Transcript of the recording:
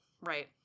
right